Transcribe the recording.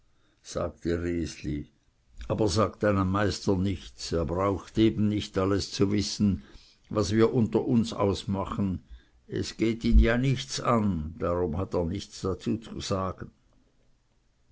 sagte resli aber sag deinem meister nichts der braucht eben nicht alles zu wissen was wir unter uns machen es geht ihn ja nichts an darum hat er nichts dazu zu sagen